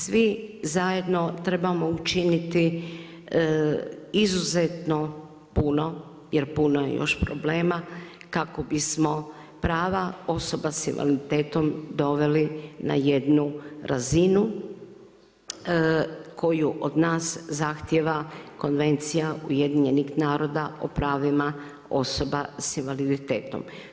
Svi zajedno trebamo učiniti izuzetno puno jer puno je još problema kako bismo prava osoba sa invaliditetom doveli na jednu razinu koju od nas zahtjeva Konvencija UN-a o pravima osoba sa invaliditetom.